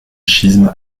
schisme